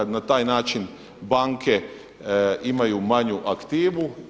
Na taj način banke imaju manju aktivu.